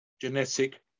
genetic